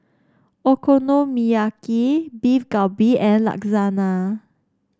Okonomiyaki Beef Galbi and Lasagna